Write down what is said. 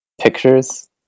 pictures